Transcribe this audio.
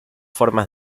formas